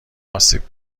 آسیب